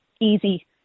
easy